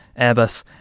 Airbus